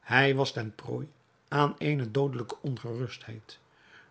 hij was ten prooi aan eene doodelijke ongerustheid